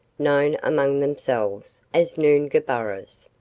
known among themselves as noongahburrahs.